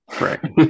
right